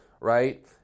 right